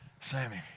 Sammy